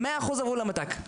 100% עברו למת"ק.